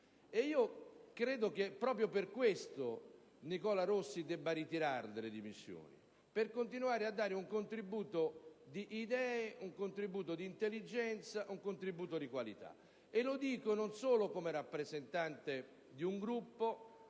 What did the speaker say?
allora che, proprio per questo motivo, Nicola Rossi debba ritirare le sue dimissioni: per continuare, aapunto a dare un contributo di idee, di intelligenza, di qualità. Lo dico non solo come rappresentante di un Gruppo,